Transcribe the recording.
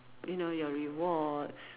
you know your rewards